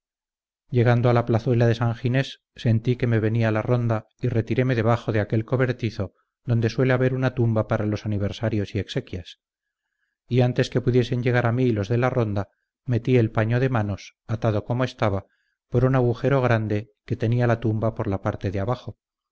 llegando a la plazuela de san ginés sentí que venía la ronda y retiréme debajo de aquel cobertizo donde suele haber una tumba para los aniversarios y exequias y antes que pudiesen llegar a mí los de la ronda metí el paño de manos atado como estaba por un agujero grande que tenía la tumba por la parte de abajo